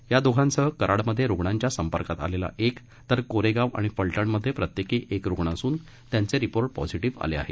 या दोघांसह कराडमध्ये रुग्णाध्या संपर्कात आलेला एक तर कोरेगाव आणि फलटण मध्ये प्रत्येकी एक रूण असून त्यांचे रिपोर्ट पॉझिटिव्ह आले आहेत